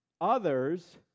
Others